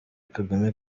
kagame